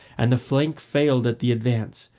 and the flank failed at the advance,